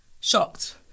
shocked